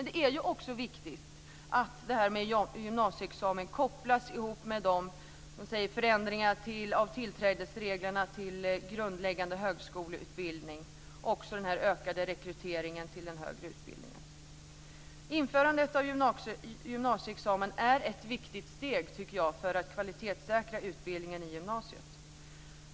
Det är också viktigt att gymnasieexamen kopplas ihop med förändringarna av tillträdesreglerna till grundläggande högskoleutbildning och den ökade rekryteringen till den högre utbildningen. Införandet av gymnasieexamen är ett viktigt steg för att kvalitetssäkra utbildningen i gymnasiet.